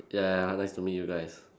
ya ya nice to meet you guys